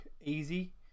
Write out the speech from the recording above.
easy